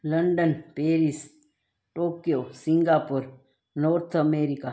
London Paris Tokyo Singapore north America